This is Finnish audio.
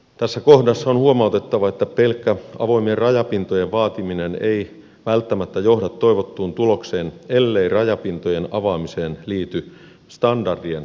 tässä kohdassa on huomautettava että pelkkä avoimien rajapintojen vaatiminen ei välttämättä johda toivottuun tulokseen ellei rajapintojen avaamiseen liity standardien määrittely